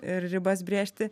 ir ribas brėžti